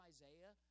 Isaiah